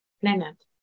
planet